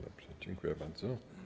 Dobrze, dziękuję bardzo.